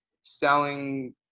selling